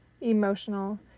emotional